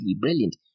brilliant